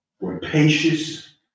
rapacious